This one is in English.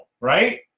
right